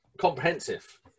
comprehensive